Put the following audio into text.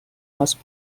must